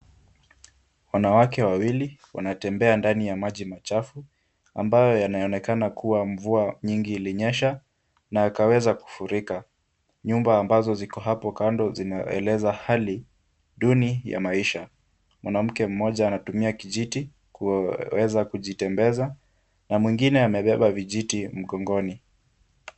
Wanawake wawili wanatembea ndani ya maji machafu ambayo yanayoonekana kuwa mvua nyingi ilinyesha na yakaweza kufurika, nyumba ambazo ziko hapo kando zinaeleza hali duni ya maisha, mwanamke mmoja anatumia kijiti kuweza kujitembeza na mwingine amebeba vijiti mgongoni.